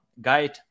guide